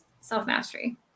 self-mastery